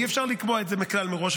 אי-אפשר לקבוע את זה ככלל מראש,